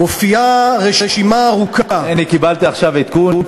מופיעה רשימה ארוכה, הנה, קיבלתי עכשיו עדכון.